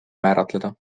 määratleda